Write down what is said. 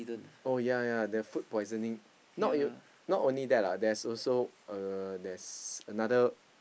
oh ya ya the food poisoning not you not only that lah there's also uh there's another